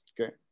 Okay